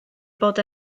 bod